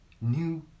New